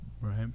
right